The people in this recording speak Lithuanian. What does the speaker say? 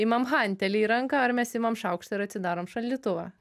imam hantelį į ranką ar mes imam šaukštą ir atsidarom šaldytuvą